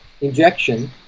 injection